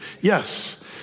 Yes